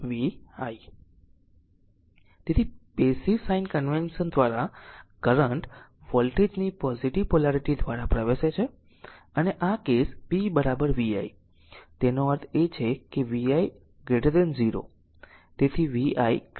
તેથી passive sign convention દ્વારા current voltage ની પોઝીટીવ પોલારીટી દ્વારા પ્રવેશે છે અને આ કેસ p vi તેનો અર્થ છે vi 0